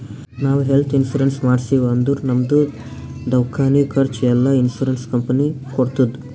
ನಾವ್ health insurance ಮಾಡ್ಸಿವ್ ಅಂದುರ್ ನಮ್ದು ದವ್ಕಾನಿ ಖರ್ಚ್ ಎಲ್ಲಾ ಇನ್ಸೂರೆನ್ಸ್ ಕಂಪನಿ ಕೊಡ್ತುದ್